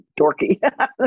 dorky